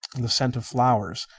the scent of flowers,